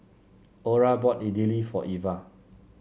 Orah bought Idili for Eva